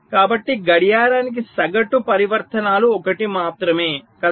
కాబట్టి గడియారానికి సగటు పరివర్తనాలు ఒకటి మాత్రమే కదా